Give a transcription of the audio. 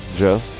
Joe